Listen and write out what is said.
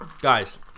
Guys